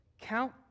count